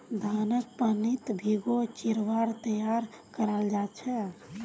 धानक पानीत भिगे चिवड़ा तैयार कराल जा छे